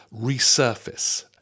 resurface